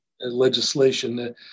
legislation